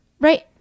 right